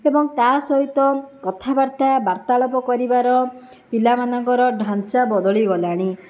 ଏବଂ ତା' ସହିତ କଥାବାର୍ତ୍ତା ବାର୍ତ୍ତାଳାପ କରିବାର ପିଲାମାନଙ୍କର ଢାଞ୍ଚା ବଦଳି ଗଲାଣି